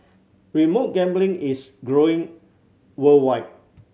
remote gambling is growing worldwide